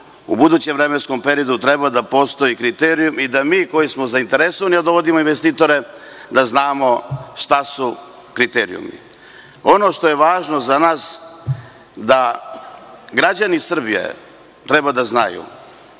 u budućem vremenskom periodu treba da postoji kriterijum i da mi koji smo zainteresovani da dovodimo investitore znamo šta su kriterijumi. Ono što je važno za nas je da građani Srbije treba da znaju